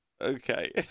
okay